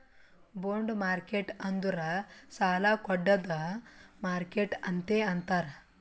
bond market ಅಂದುರ್ ಸಾಲಾ ಕೊಡ್ಡದ್ ಮಾರ್ಕೆಟ್ ಅಂತೆ ಅಂತಾರ್